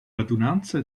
radunanza